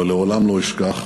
אבל לעולם לא אשכח